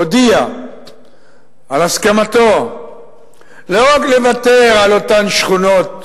הודיע על הסכמתו לא רק לוותר על אותן שכונות